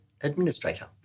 administrator